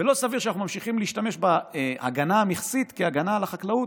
ולא סביר שאנחנו ממשיכים להשתמש בהגנה המכסית כהגנה על החקלאות,